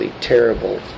terrible